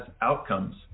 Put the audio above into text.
outcomes